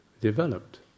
developed